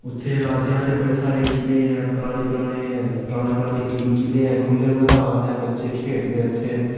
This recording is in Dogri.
उत्थै राजेआं दे बड़े सारे किले ऐं पराने पराने किले ऐं खुल्ले मदान ऐ बच्चे खेढ़दे उत्थै